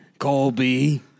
Colby